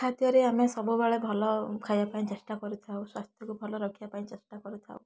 ଖାଦ୍ୟରେ ଆମେ ସବୁବେଳେ ଭଲ ଖାଇବାପାଇଁ ଚେଷ୍ଟା କରିଥାଉ ସ୍ୱାସ୍ଥ୍ୟକୁ ଭଲ ରଖିବାପାଇଁ ଚେଷ୍ଟା କରିଥାଉ